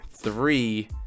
three